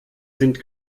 sind